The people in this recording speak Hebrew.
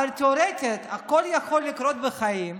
אבל תיאורטית הכול יכול לקרות בחיים,